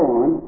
on